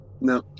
no